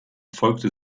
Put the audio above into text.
folgte